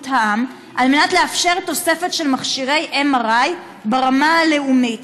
בריאות העם על מנת לאפשר תוספת של מכשירי MRI ברמה הלאומית.